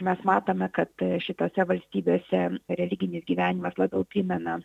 mes matome kad šitose valstybėse religinis gyvenimas labiau primena